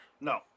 No